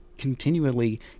Continually